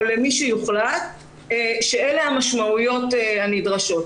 למי שיוחלט מה הן המשמעויות הנדרשות,